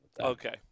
Okay